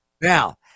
now